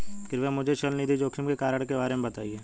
कृपया मुझे चल निधि जोखिम के कारणों के बारे में बताएं